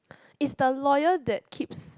is the lawyer that keeps